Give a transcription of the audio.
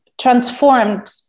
transformed